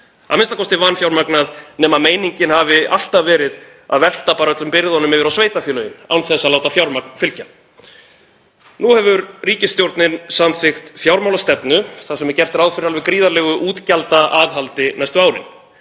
ráðherra er vanfjármagnað, nema meiningin hafi alltaf verið að velta öllum byrðunum yfir á sveitarfélögin án þess að láta fjármagn fylgja. Nú hefur ríkisstjórnin samþykkt fjármálastefnu þar sem gert er ráð fyrir alveg gríðarlegu útgjaldaaðhaldi næstu árin